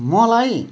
मलाई